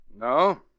No